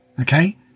Okay